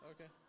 Okay